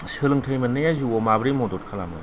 सोलोंथाइ मोन्नाया जिउआव माबोरै मदद खालामो